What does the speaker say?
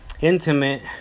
intimate